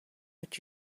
but